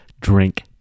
drink